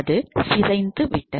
அது சிதைந்துவிட்டது